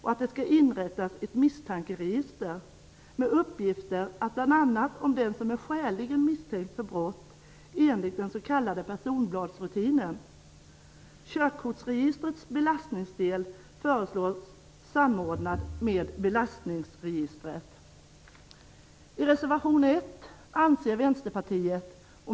och att det skall inrättas ett misstankeregister med uppgifter om bl.a. den som är skäligen misstänkt för brott enligt den s.k.